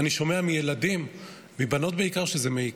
אני שומע מילדים, מבנות בעיקר, שזה מעיק.